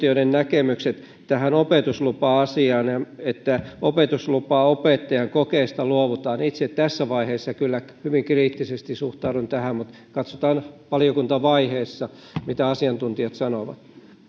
näkemykset tähän opetuslupa asiaan siihen että opetuslupaopettajan kokeesta luovutaan itse kyllä tässä vaiheessa hyvin kriittisesti suhtaudun tähän mutta katsotaan valiokuntavaiheessa mitä asiantuntijat sanovat